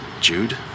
Jude